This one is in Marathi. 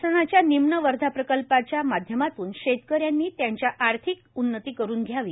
शासनाच्या निम्न वर्धा प्रकल्तपाच्या माध्यमातून शेतकऱ्यांनी त्यांची आर्थिक उन्नती करून घ्यावी